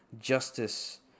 justice